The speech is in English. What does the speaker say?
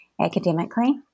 academically